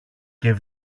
και